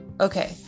okay